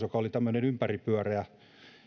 joka oli tämmöinen ympäripyöreä